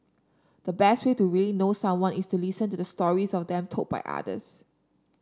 the best way to really know someone is to listen to the stories of them told by others